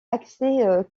accès